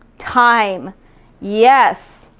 time yes.